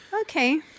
Okay